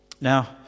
now